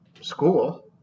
school